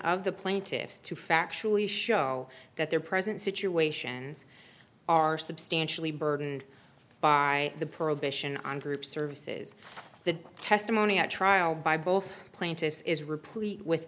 of the plaintiffs to factually show that their present situation are substantially burdened by the prohibition on group services the testimony at trial by both plaintiffs is replete with